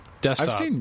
desktop